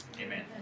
Amen